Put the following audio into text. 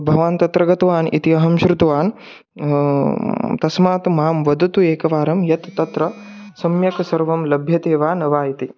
भवान् तत्र गतवान् इति अहं श्रुतवान् तस्मात् मां वदतु एकवारं यत् तत्र सम्यक् सर्वं लभ्यते वा न वा इति